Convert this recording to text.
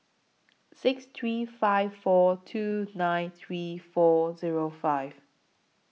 six three five four two nine three four Zero five